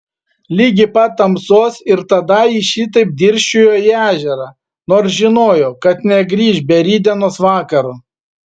ligi pat tamsos ir tada ji šitaip dirsčiojo į ežerą nors žinojo kad negrįš be rytdienos vakaro